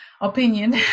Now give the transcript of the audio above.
opinion